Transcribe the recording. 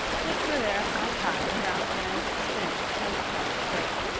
which were thereupon tied around anne's slim milk-white throat.